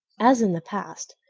as in the past,